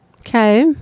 Okay